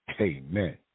Amen